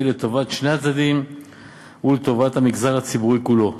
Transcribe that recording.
לטובת שני הצדדים ולטובת המגזר הציבורי כולו.